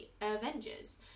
Avengers